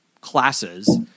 classes